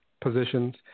positions